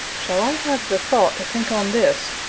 shall i have the thought to think on this,